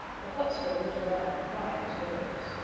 the huckster went around, crying his wares.